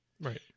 Right